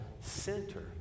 center